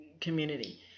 community